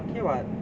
okay [what]